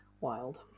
wild